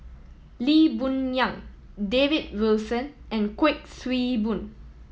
Lee Boon Yang David Wilson and Kuik Swee Boon